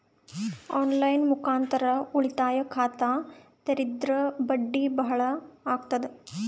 On line ಮುಖಾಂತರ ಉಳಿತಾಯ ಖಾತ ತೇರಿದ್ರ ಬಡ್ಡಿ ಬಹಳ ಅಗತದ?